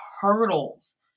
hurdles